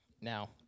Now